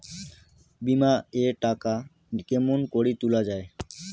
বিমা এর টাকা কেমন করি তুলা য়ায়?